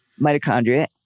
mitochondria